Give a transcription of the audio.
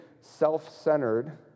self-centered